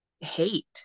hate